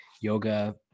yoga